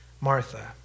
Martha